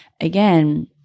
again